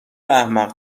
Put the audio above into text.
احمق